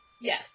yes